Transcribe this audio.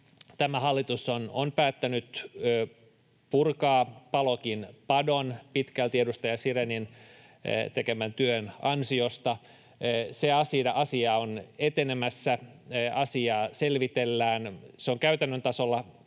Tämä hallitus on päättänyt purkaa Palokin padon, pitkälti edustaja Sirénin tekemän työn ansiosta. Se asia on etenemässä, asiaa selvitellään. Se on käytännön tasolla